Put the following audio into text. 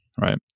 right